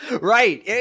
Right